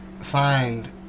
find